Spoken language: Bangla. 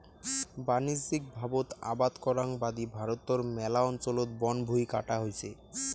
বাণিজ্যিকভাবত আবাদ করাং বাদি ভারতর ম্যালা অঞ্চলত বনভুঁই কাটা হইছে